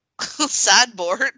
sideboard